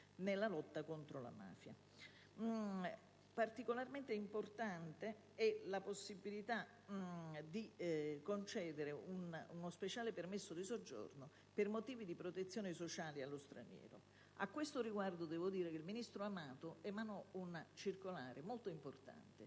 la possibilità di concedere uno speciale permesso di soggiorno per motivi di protezione sociale allo straniero. A questo riguardo, il ministro Amato emanò una circolare molto importante,